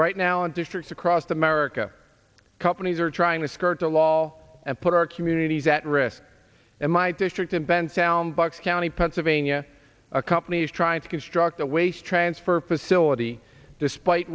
right now and districts across america companies are trying to skirt the law and put our communities at risk and my district in bend sound bucks county pennsylvania a company is trying to construct a waste transfer facility despite